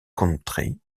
country